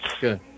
good